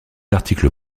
articles